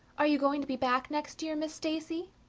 are you going to be back next year, miss stacy?